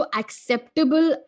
acceptable